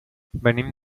venim